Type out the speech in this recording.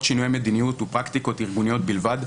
שינויי מדיניות ופרקטיקות ארגוניות בלבד,